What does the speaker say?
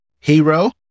Hero